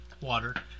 water